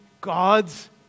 God's